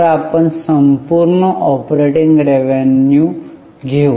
तर आपण संपूर्ण ऑपरेटिंग रेव्हेन्यू घेऊ